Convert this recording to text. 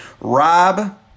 Rob